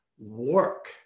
work